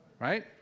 Right